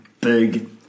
big